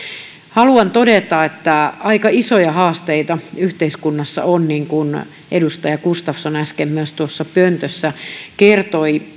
haluan todeta että aika isoja haasteita yhteiskunnassa on niin kuin edustaja gustafsson äsken myös tuossa pöntössä kertoi